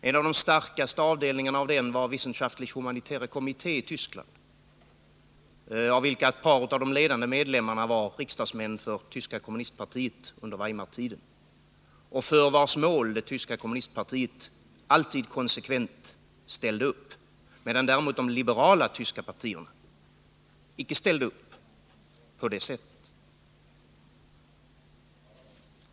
En av de starkaste avdelningarna av den var Wissenschaftlich-humanitäre Kommittee i Tyskland, i vilken ett par av de ledande medlemmarna var riksdagsmän för tyska kommunistpartiet under Weimartiden och för vars mål det tyska kommunistpartiet alltid konsekvent ställde upp — medan däremot de liberala tyska partierna icke ställde upp på det sättet.